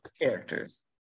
characters